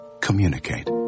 Communicate